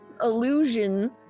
illusion